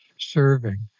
serving